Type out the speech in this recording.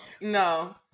no